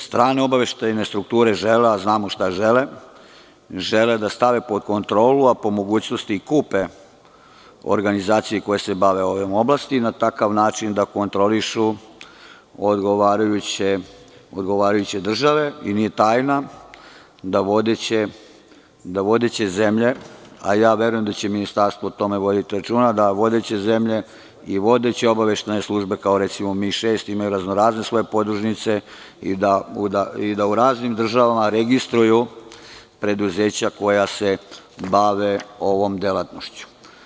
Strane obaveštajne strukture, žele, a znamo šta žele, žele da stave pod kontrolu, a po mogućnosti i kupe organizacije koje se bave ovim oblastima, na takav način da kontrolišu odgovarajuće države, i nije tajna da vodeće zemlje, a ja verujem da će Ministarstvo o tome voditi računa, da vodeće zemlje i vodeće obaveštajne službe, kao MI6, imaju raznorazne svoje podružnice, i da u raznim državama registruju preduzeća, koja se bave ovom delatnošću.